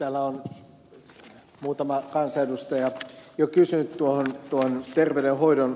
täällä on muutama kansanedustaja jo kysynyt terveydenhoidon suuntaan